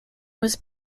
was